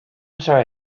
sorry